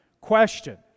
question